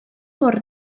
mor